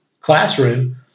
classroom